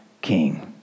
king